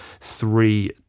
three